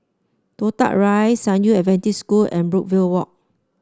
Toh Tuck Rise San Yu Adventist School and Brookvale Walk